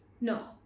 No